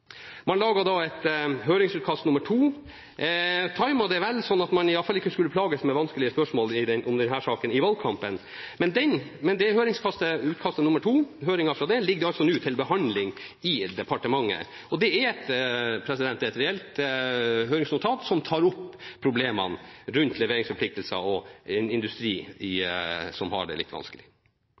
Man laget da et høringsutkast nummer to og taimet det vel, sånn at man i alle fall ikke skulle plages med vanskelige spørsmål om denne saken i valgkampen. Høringen ligger nå til behandling i departementet. Det er et reelt høringsnotat, som tar opp problemene rundt leveringsforpliktelser og en industri som har det litt vanskelig.